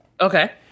Okay